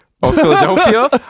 Philadelphia